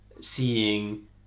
seeing